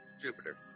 Jupiter